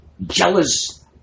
jealous